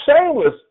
shameless